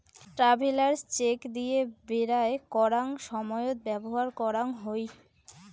travellers cheque দিয়ে বেরায় করাঙ সময়ত ব্যবহার করাং হই